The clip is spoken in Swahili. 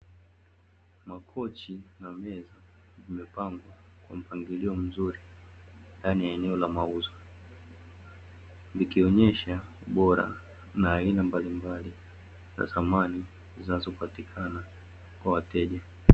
Makochi na meza vimepangwa kwa mpangilio mzuri ndani ya eneo la mauzo, likionyesha ubora na aina mbalimbali za samani zinazopatikana kwa wateja.